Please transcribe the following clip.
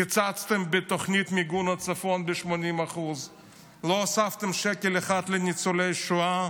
קיצצתם בתוכנית מיגון הצפון ב-80%; לא הוספתם שקל אחד לניצולי השואה.